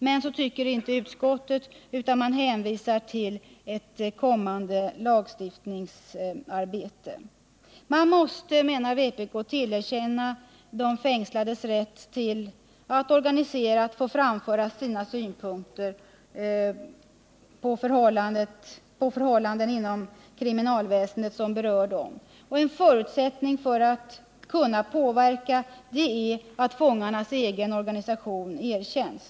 Men så tycker inte utskottet, utan man hänvisar till ett kommande lagstiftningsarbete. Man måste, menar vpk, tillerkänna de fängslade rätt att organiserat få framföra sina synpunkter på förhållanden inom kriminalväsendet som berör dem. En förutsättning för att de skall kunna påverka är att fångarnas egen organisation erkänns.